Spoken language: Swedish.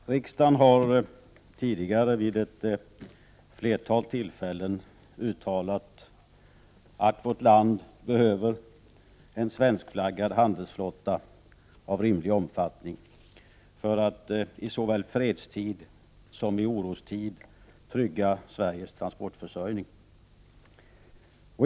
Herr talman! Riksdagen har tidigare vid ett flertal tillfällen uttalat att vårt land behöver en svenskflaggad handelsflotta av rimlig omfattning för att i såväl fredstid som orostider trygga Sveriges transportförsörjning.